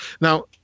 Now